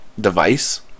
device